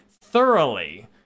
thoroughly